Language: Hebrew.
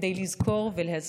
כדי לזכור ולהזכיר.